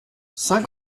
saint